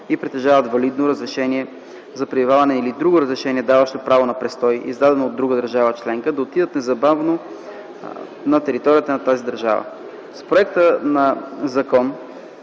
и притежават валидно разрешение за пребиваване или друго разрешение, даващо право на престой, издадено от друга държава членка, да отидат незабавно на територията на тази държава. С проекта на Закон